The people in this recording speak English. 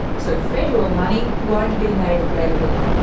so federal money won't be made available.